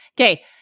okay